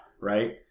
Right